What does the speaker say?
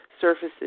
surfaces